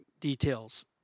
details